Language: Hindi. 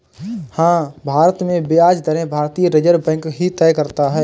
हाँ, भारत में ब्याज दरें भारतीय रिज़र्व बैंक ही तय करता है